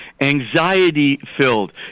anxiety-filled